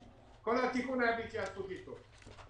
הדרך הטכנית הפורמלית לסדר את זה,